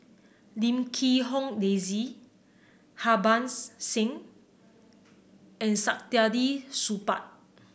Lim Quee Hong Daisy Harbans Singh and Saktiandi Supaat